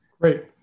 Great